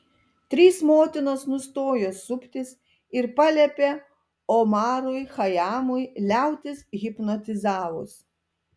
trys motinos nustojo suptis ir paliepė omarui chajamui liautis hipnotizavus